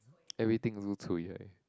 everything also cui right